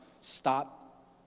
stop